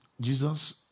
Jesus